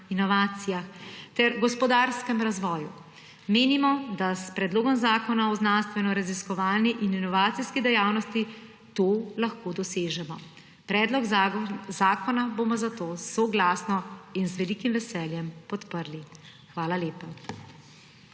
inovacijah ter gospodarskemu razvoju. Menimo, da s Predlogom zakona o znanstvenoraziskovalni in inovacijski dejavnosti to lahko dosežemo. Predlog zakona bomo zato soglasno in z velikim veseljem podprli. Hvala lepa.